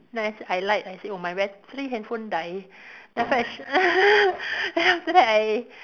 then I said I lied I said oh my battery handphone die then after that then after that I